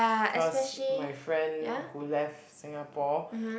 cause my friend who left Singapore